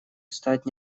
стать